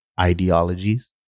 ideologies